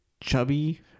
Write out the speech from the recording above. chubby